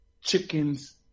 chickens